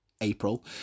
April